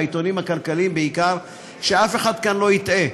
בעיתונים הכלכליים בעיקר: שאף אחד כאן לא יטעה,